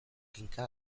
kinka